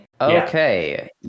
Okay